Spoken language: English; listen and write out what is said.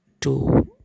two